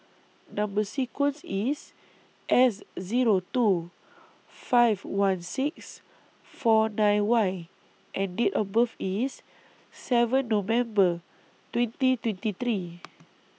Number sequence IS S Zero two five one six four nine Y and Date of birth IS seven November twenty twenty three